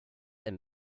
and